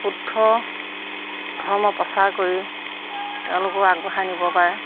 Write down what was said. শুদ্ধ ধৰ্ম প্ৰচাৰ কৰি তেওঁলোকেও আগবঢ়াই নিব পাৰে